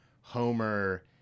Homer